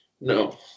No